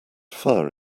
fire